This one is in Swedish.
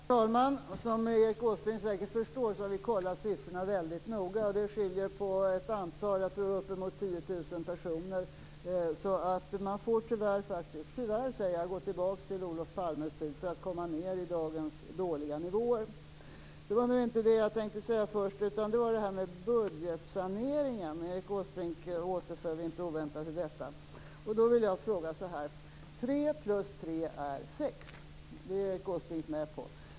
Herr talman! Som Erik Åsbrink säkert förstår har vi kollat siffrorna väldigt noga. Det skiljer på ett antal av uppemot 10 000 personer. Man får faktiskt - tyvärr - gå tillbaka till Olof Palmes tid för att komma ned till dagens dåliga nivåer. Det var nu inte det jag tänkte ta upp först, utan det var detta med budgetsaneringen. Erik Åsbrink återföll inte oväntat i detta. Då vill jag fråga så här: Tre plus tre är sex - det är Erik Åsbrink med på.